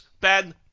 Ben